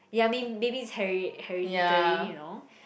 ya may maybe it's here~ hereditary you know